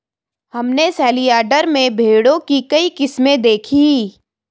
हमने सेलयार्ड में भेड़ों की कई किस्में देखीं